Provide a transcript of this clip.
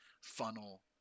funnel